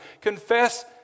confess